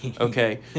okay